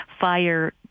Fire